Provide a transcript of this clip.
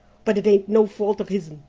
but it ain't no fault of hisn.